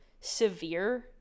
severe